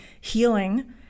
healing